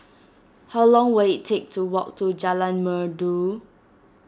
how long will it take to walk to Jalan Merdu